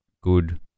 good